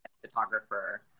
photographer